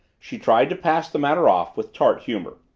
she tried to pass the matter off with tart humor.